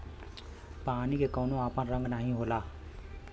पानी के कउनो आपन रंग नाही होला